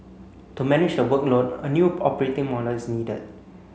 to manage the workload a new operating model is needed